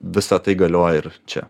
visa tai galioja ir čia